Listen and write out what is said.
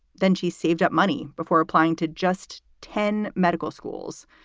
then she saved up money before applying to just ten medical schools.